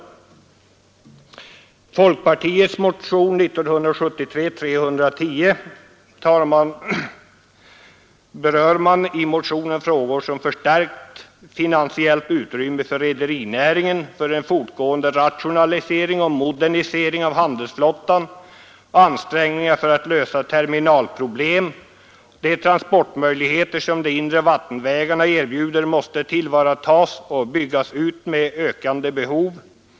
I folkpartimotionen 310 berörs frågor som förstärkt finansiellt utrymme för rederinäringen för en fortgående rationalisering och modernisering av handelsflottan och ansträngningar att lösa terminalproblem. De transportmöjligheter som de inre vattenvägarna erbjuder måste tillvaratas och byggas ut i takt med ökande behov.